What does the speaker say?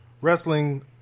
wrestling